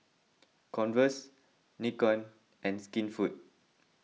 Converse Nikon and Skinfood